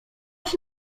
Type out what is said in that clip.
się